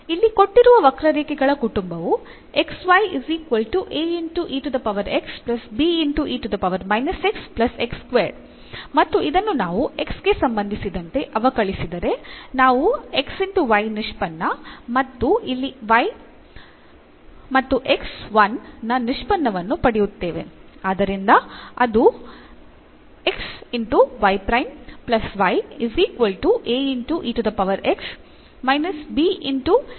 ಇಲ್ಲಿ ಕೊಟ್ಟಿರುವ ವಕ್ರರೇಖೆಗಳ ಕುಟುಂಬವು ಮತ್ತು ಇದನ್ನು ನಾವು x ಗೆ ಸಂಬಂಧಿಸಿದಂತೆ ಅವಕಲಿಸಿದರೆ ನಾವು xy ನಿಷ್ಪನ್ನ ಮತ್ತು ಇಲ್ಲಿ y ಮತ್ತು x 1 ನ ನಿಷ್ಪನ್ನವನ್ನು ಪಡೆಯುತ್ತೇವೆ